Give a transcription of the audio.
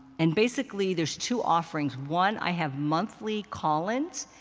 and basically, there's two offerings. one, i have monthly call-ins.